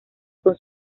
con